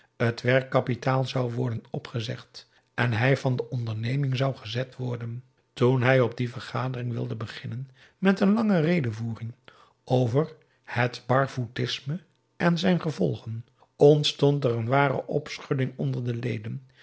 het werkkapitaal zou worden opgezegd en hij van de onderneming zou gezet worden toen hij op die vergadering wilde beginnen met een lange redevoering over het barvoetisme en zijn gevolgen ontstond er een ware opschudding onder de leden